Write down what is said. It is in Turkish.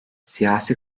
siyasi